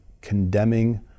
condemning